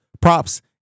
props